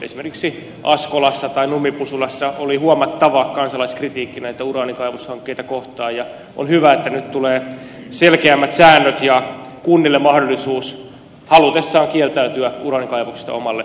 esimerkiksi askolassa tai nummi pusulassa oli huomattava kansalaiskritiikki näitä uraanikaivoshankkeita kohtaan ja on hyvä että nyt tulee selkeämmät säännöt ja kunnille mahdollisuus halutessaan kieltäytyä ottamasta uraanikaivoksia omalle alueelleen